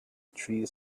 trees